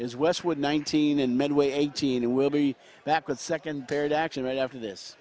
is westwood nineteen in medway eighteen and we'll be back with second period action right after this